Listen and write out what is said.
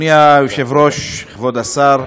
אדוני היושב-ראש, כבוד השר,